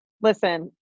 Listen